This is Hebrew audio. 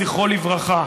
זכרו לברכה,